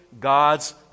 God's